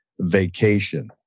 vacation